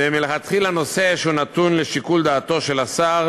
זה מלכתחילה נושא שנתון לשיקול הדעת של השר